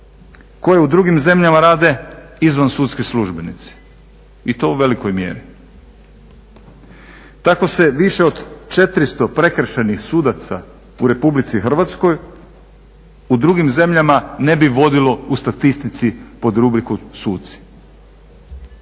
koje u drugim zemljama rade izvansudski službenici i to u velikoj mjeri. Tako se više od 400 prekršajnih sudaca u RH u drugim zemljama ne bi vodilo u statistici pod rubriku suci.